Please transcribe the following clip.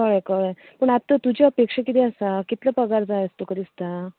कळ्ळें कळ्ळें पूण आतां तुजी अपेक्षा कितें आसा कितलो पगार जाय असो तुका दिसता